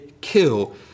kill